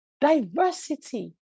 Diversity